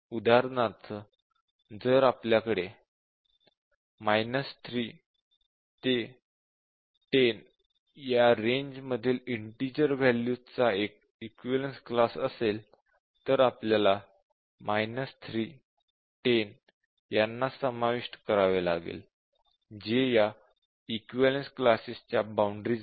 उदाहरणार्थ जर आपल्याकडे 3 ते 10 या रेन्ज मधील इंटिजर वॅल्यूज चा एक इक्विवलेन्स क्लास असेल तर आपल्याला 3 10 यांना समाविष्ट करावे लागेल जे या इक्विवलेन्स क्लासेसच्या बाउंडरीज आहेत